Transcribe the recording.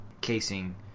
casing